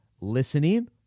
listening